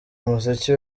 umuziki